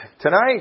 Tonight